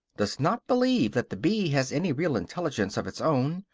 does not believe that the bee has any real intelligence of its own,